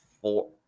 four